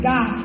God